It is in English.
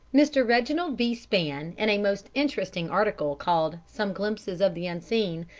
mr. reginald b. span, in a most interesting article called some glimpses of the unseen,